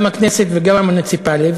גם הכנסת וגם המוניציפליות,